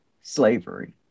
slavery